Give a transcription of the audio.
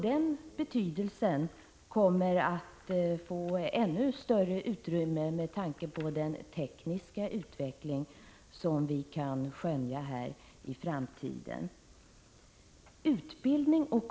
Den betydelsen kommer att bli ännu större på grund av den tekniska utveckling som vi kan skönja i framtiden. Utbildning och Prot.